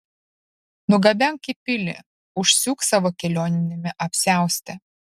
nugabenk į pilį užsiūk savo kelioniniame apsiauste